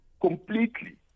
completely